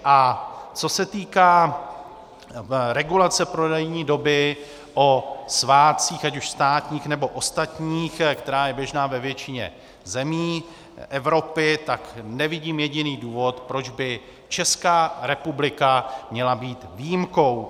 A co se týká regulace prodejní doby o svátcích, ať už státních, nebo ostatních, která je běžná ve většině zemí Evropy, tak nevidím jediný důvod, proč by Česká republika měla být výjimkou.